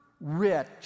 rich